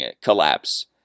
collapse